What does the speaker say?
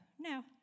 Now